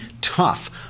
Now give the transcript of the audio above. tough